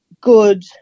good